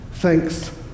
Thanks